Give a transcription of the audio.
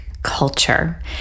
culture